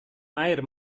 air